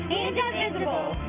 indivisible